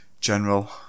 general